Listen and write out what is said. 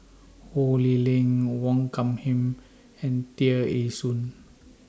Ho Lee Ling Wong Hung Khim and Tear Ee Soon